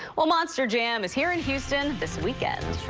well, monster jam is here in houston this weekend.